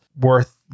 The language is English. worth